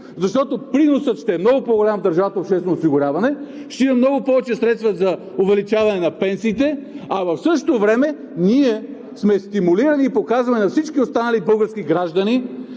защото приносът ще е много по-голям в държавното обществено осигуряване, ще има много повече средства за увеличаване на пенсиите, а в същото време сме стимулирани и показваме на всички останали български граждани,